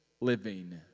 living